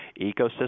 ecosystem